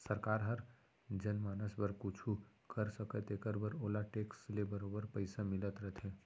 सरकार हर जनमानस बर कुछु कर सकय तेकर बर ओला टेक्स ले बरोबर पइसा मिलत रथे